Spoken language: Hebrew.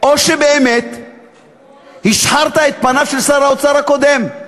או שבאמת השחרת את פניו של שר האוצר הקודם.